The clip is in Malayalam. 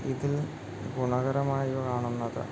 ഇതിൽ ഗുണകരമായി കാണുന്നത്